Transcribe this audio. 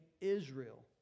Israel